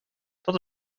dat